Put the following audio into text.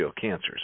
cancers